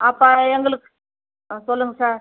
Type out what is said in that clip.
அப்போ எங்களுக்கு ஆ சொல்லுங்கள் சார்